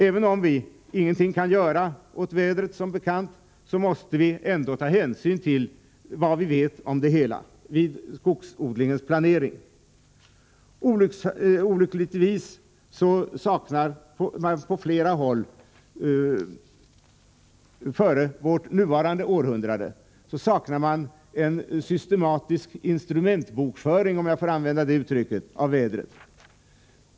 Även om vi som bekant ingenting kan göra åt vädret, måste vi ändå vid skogsodlingens planering ta hänsyn till vad vi vet om det hela. Olyckligtvis saknade man före vårt nuvarande århundrade på flera håll en systematisk instrumentbokföring — om jag får använda det uttrycket — av vädret.